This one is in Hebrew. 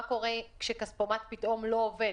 מה קורה כשכספומט פתאום לא עובד?